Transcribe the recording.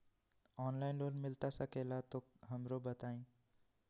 Online loan मिलता सके ला तो हमरो बताई?